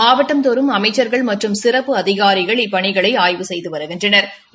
மாவட்டந்தோறும் அமைச்சா்கள் மற்றும் சிறப்பு அதிகாரிகள் இப்பணிகளை ஆய்வு செய்து வருகின்றனா்